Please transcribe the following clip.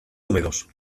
húmedos